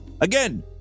Again